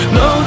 no